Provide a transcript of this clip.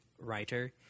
writer